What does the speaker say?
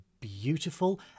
beautiful